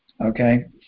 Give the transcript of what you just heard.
okay